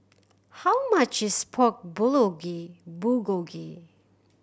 how much is Pork Bulgogi